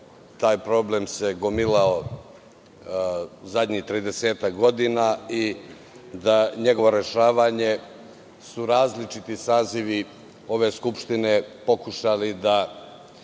taj problem gomilao zadnjih 30-ak godina i da su njegovo rešavanje različiti sazivi ove Skupštine pokušali da